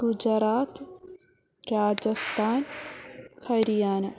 Gujarat Rajasthan Haryana